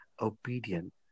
obedient